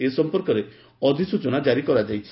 ଏ ସମ୍ପର୍କରେ ଅଧିସ୍ଚନା ଜାରୀ କରାଯାଇଛି